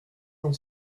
cent